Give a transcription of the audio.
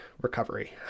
recovery